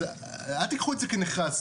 אז אל תקחו את זה כנחרץ.